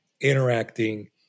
interacting